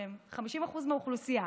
שהן 50% מהאוכלוסייה.